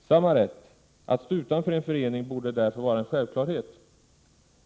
Samma rätt att stå utanför en förening borde därför vara en självklarhet.